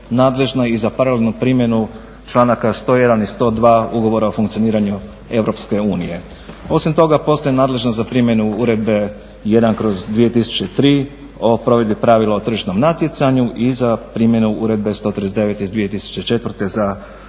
i za paralelnu primjenu članaka 101. i 102. Ugovora o funkcioniranju EU. Osim toga postaje nadležna za primjenu Uredbe 1/2003 o provedbi pravila o tržišnom natjecanju i za primjenu Uredbe 139 iz 2004. o